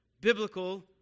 biblical